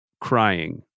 Crying